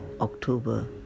October